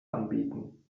anbieten